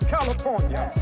California